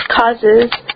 causes